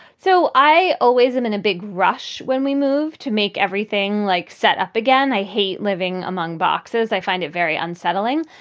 so i always am in a big rush when we move to make everything like set up again. i hate living among boxes. i find it very unsettling.